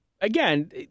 again